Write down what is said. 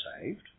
saved